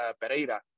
Pereira